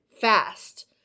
fast